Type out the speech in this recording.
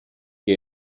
que